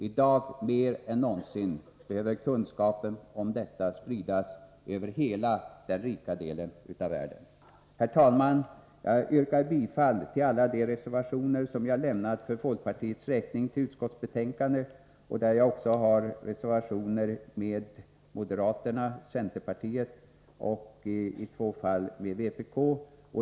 I dag mer än någonsin behöver kunskapen om detta spridas över hela den rika delen av världen. Herr talman! Jag yrkar bifall till alla de reservationer som jag har lämnat för folkpartiets räkning till utskottsbetänkandet. Där har jag också reservationer tillsammans med företrädare för moderaterna, centerpartiet och i två fall med vpk.